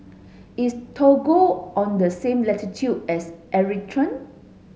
is Togo on the same latitude as Eritrea